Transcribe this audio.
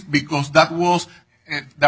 because that was that